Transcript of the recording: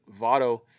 Votto